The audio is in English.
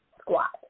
Squat